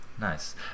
Nice